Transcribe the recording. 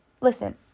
listen